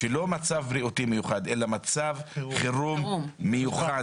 לא מצב בריאותי מיוחד אלא מצב חירום מיוחד.